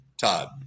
Todd